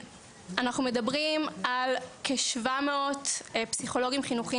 אנחנו מדברים על כ-700 פסיכולוגים חינוכיים